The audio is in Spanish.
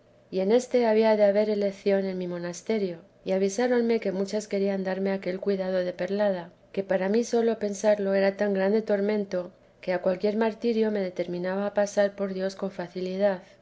y en éste había de haber elección en mi monasterio y avisáronme que muchas querían darme aquel cuidado de perlada que para mí sólo pensarlo era tan gran tormento que a cualquier martirio me determinaba a pasar por dios con facilidad